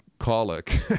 colic